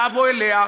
אליו או אליה,